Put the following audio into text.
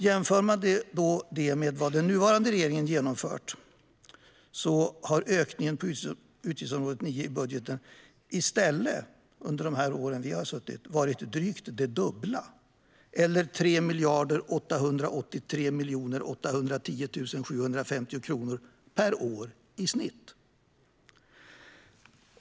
Jämför man det med vad den nuvarande regeringen genomför har ökningen inom utgiftsområde 9 i budgeten i stället varit drygt det dubbla, eller 3 883 810 750 kronor per år i genomsnitt.